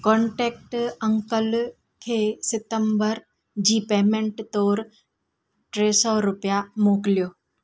contact uncle खे सितंबर जी पेमेंट तोरु टे सौ रुपया मोकलियो